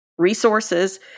resources